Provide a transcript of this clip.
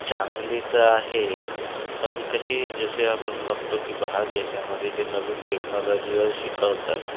चांगली तर आहे पण कशी जसे आपण बघतो की बाहेर देशामध्ये जे नवीन टेक्नॉलॉजीवर शिकवतात